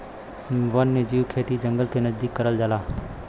वन्यजीव खेती जंगल के नजदीक करल जाला